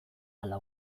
ala